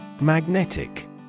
Magnetic